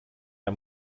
der